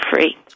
free